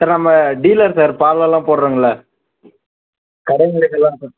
sir நம்ம dealer sir பாலெல்லாம் போடுறோம்ல கடைங்களுக்கெல்லாம் சார்